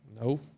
No